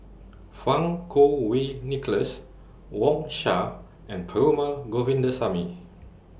Fang Kuo Wei Nicholas Wang Sha and Perumal Govindaswamy